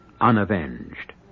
unavenged